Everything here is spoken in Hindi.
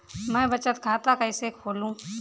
मैं बचत खाता कैसे खोलूं?